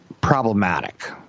problematic